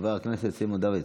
חבר הכנסת סימון דוידסון.